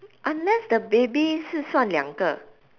unless the baby 是算两个：shi suan liang ge